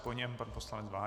Po něm pan poslanec Váňa.